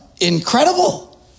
incredible